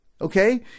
okay